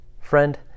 Friend